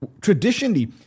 traditionally